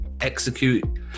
execute